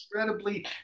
incredibly